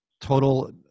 total